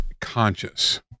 conscious